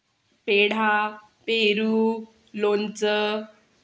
पेढा पेरू लोणचं